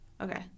Okay